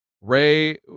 ray